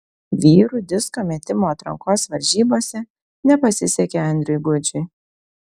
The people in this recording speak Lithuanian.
vyrų disko metimo atrankos varžybose nepasisekė andriui gudžiui